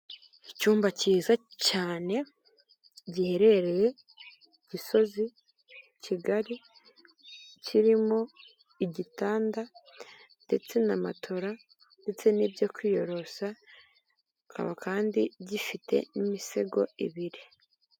Icyumba cyiza cyane giherereye gisozi kigali kirimo igitanda ndetse na matora ndetse n'ibyo kwiyorosa kandi gifite n'imisego ibiri.